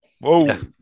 Whoa